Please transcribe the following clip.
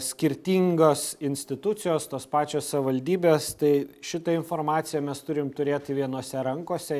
skirtingos institucijos tos pačios savivaldybės tai šitą informaciją mes turim turėti vienose rankose